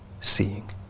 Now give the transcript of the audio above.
seeing